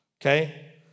okay